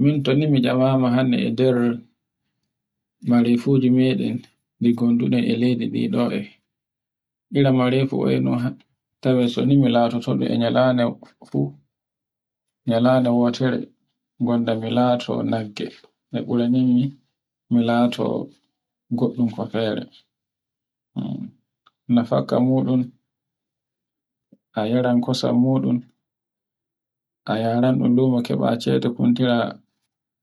Min to ni mi kyamama hannde e nder, mare fuji meɗen ndi gonduɗen e leydi ndi ɗoe, ira mare soni mi latoto e nyalaɗe wotonde nyallamo fonda mi laato nagge, e bura nim mi goɗɗum ko fere, na fakka muɗum a yaran kosan muɗum, a yaharan ɗn lumo keba shede kuntira